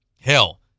hell